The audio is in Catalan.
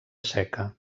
seca